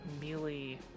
melee